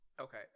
Okay